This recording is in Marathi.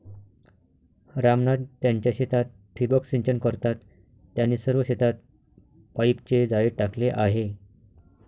राम नाथ त्यांच्या शेतात ठिबक सिंचन करतात, त्यांनी सर्व शेतात पाईपचे जाळे टाकले आहे